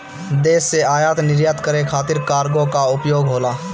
देश से आयात निर्यात करे खातिर कार्गो कअ उपयोग होला